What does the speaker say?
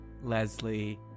Leslie